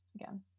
again